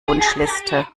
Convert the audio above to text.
wunschliste